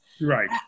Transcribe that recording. Right